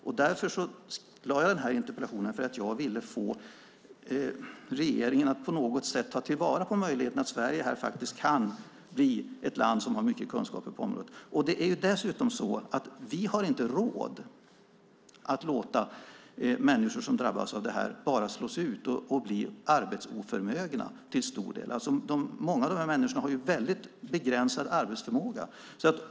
Jag ställde den här interpellationen för att jag ville få regeringen att på något sätt ta vara på möjligheten för Sverige att bli ett land som har mycket kunskaper på området. Dessutom har vi inte råd att låta människor som drabbas av det här slås ut och till stor del bli arbetsoförmögna. Många av de här människorna har ju en väldigt begränsad arbetsförmåga.